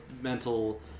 mental